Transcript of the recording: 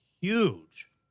huge